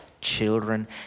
children